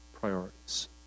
priorities